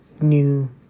New